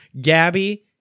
Gabby